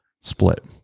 split